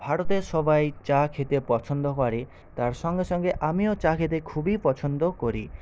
ভারতের সবাই চা খেতে পছন্দ করে তার সঙ্গে সঙ্গে আমিও চা খেতে খুবই পছন্দ করি